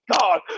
God